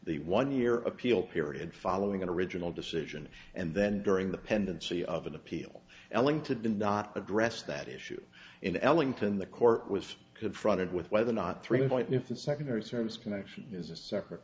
the one year appeal period following an original decision and then during the pendency of an appeal elling to did not address that issue in ellington the court was confronted with whether or not three point if the secondary service connection is a separate